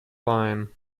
line